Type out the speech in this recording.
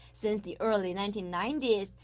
since the early nineteen ninety s,